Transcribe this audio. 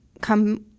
come